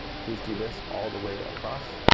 please do this all the way across.